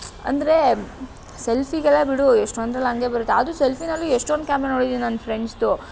ಅಂದರೆ ಸೆಲ್ಫಿಗೆಲ್ಲ ಬಿಡು ಎಷ್ಟೋಂದ್ರಲ್ಲಿ ಹಾಗೇ ಬರುತ್ತೆ ಆದರೂ ಸೆಲ್ಫಿನಲ್ಲೂ ಎಷ್ಟೊಂದು ಕ್ಯಾಮ್ರ ನೋಡಿದ್ದೀನಿ ನನ್ನ ಫ್ರೆಂಡ್ಸ್ದು